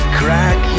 crack